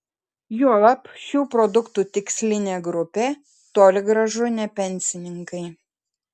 juolab šių produktų tikslinė grupė toli gražu ne pensininkai